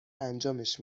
انجامش